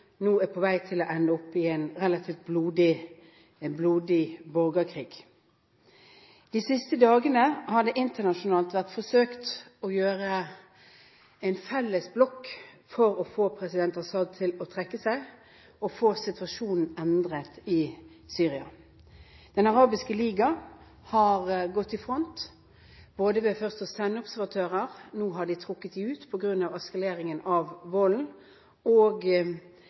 nå er på vei til å ende opp i en relativt blodig borgerkrig. De siste dagene har det internasjonalt vært forsøkt å få til en felles blokk for å få president Assad til å trekke seg og få situasjonen endret i Syria. Den arabiske liga har gått i front ved først å sende observatører, men nå har de trukket dem ut på grunn av eskaleringen av volden. Informasjonene er dårlige, og